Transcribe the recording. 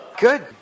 good